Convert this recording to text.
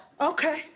Okay